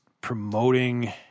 promoting